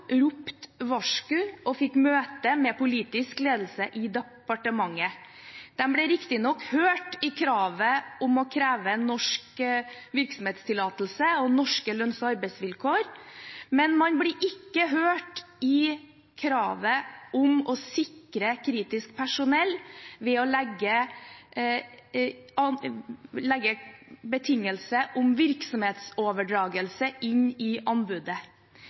ropte varsko og fikk møte med politisk ledelse i departementet. De ble riktignok hørt i kravet om norsk virksomhetstillatelse og norske lønns- og arbeidsvilkår, men man ble ikke hørt i kravet om å sikre kritisk personell ved å legge betingelse om virksomhetsoverdragelse inn i anbudet.